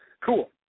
cool